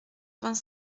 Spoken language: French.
vingt